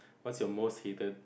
what's your most hated